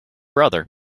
brother